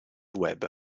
web